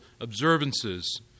observances